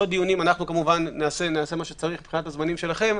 אנחנו כמובן נעשה מה שצריך מבחינת הזמנים שלכם